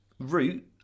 Root